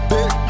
Big